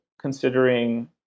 considering